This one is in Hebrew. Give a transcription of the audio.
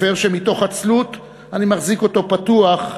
שמתוך עצלות אני מחזיק אותו פתוח,